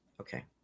Okay